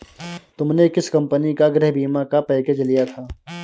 तुमने किस कंपनी का गृह बीमा का पैकेज लिया था?